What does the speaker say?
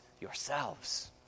yourselves